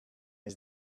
his